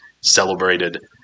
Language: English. celebrated